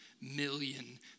million